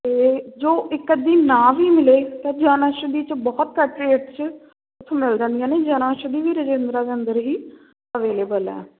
ਅਤੇ ਜੋ ਇੱਕ ਅੱਧੀ ਨਾ ਵੀ ਮਿਲੇ ਤਾਂ ਜਨ ਔਸ਼ਧੀ 'ਚ ਬਹੁਤ ਘੱਟ ਰੇਟ 'ਚ ਮਿਲ ਜਾਂਦੀਆਂ ਨੇ ਜਨ ਔਸ਼ਧੀ ਵੀ ਰਜਿੰਦਰਾ ਦੇ ਅੰਦਰ ਹੀ ਅਵੇਲੇਬਲ ਹੈ